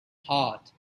heart